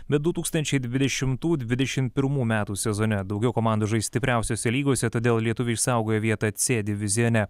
bet du tūkstančiai dvidešimtų dvidešim pirmų metų sezone daugiau komandų žais stipriausiose lygose todėl lietuviai išsaugojo vietą c divizione